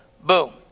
boom